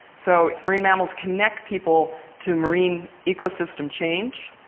so, marine mammals connect people to marine ecosystem change.